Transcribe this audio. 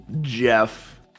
Jeff